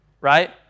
right